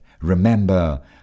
remember